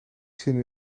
zin